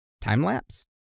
Time-lapse